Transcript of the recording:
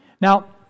now